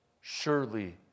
surely